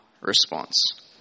response